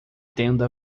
tenda